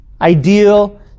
Ideal